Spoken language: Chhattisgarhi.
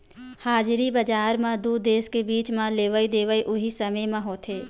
हाजिरी बजार म दू देस के बीच म लेवई देवई उहीं समे म होथे